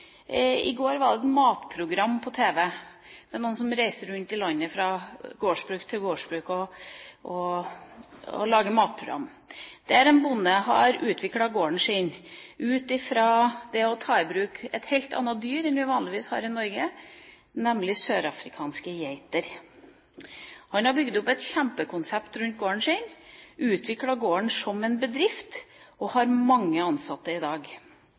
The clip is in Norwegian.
et matprogram på tv. Det er noen som reiser rundt i landet fra gårdsbruk til gårdsbruk og lager matprogram. En bonde har utviklet gården sin ved å ta i bruk et helt annet dyr enn dem vi vanligvis har i Norge, nemlig sørafrikanske geiter. Han har bygd opp et kjempekonsept rundt gården sin, utviklet gården til en bedrift og har mange ansatte i dag.